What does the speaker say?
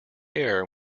air